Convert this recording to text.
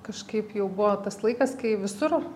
kažkaip jau buvo tas laikas kai visur